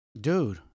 dude